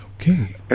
Okay